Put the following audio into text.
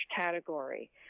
category